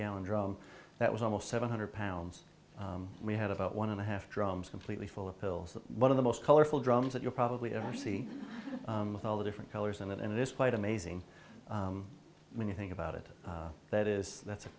gallon drum that was almost seven hundred pounds we had about one and a half drums completely full of pills one of the most colorful drums that you're probably ever see with all the different colors and it and this quite amazing when you think about it that is that's